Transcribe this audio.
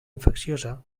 infecciosa